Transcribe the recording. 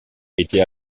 été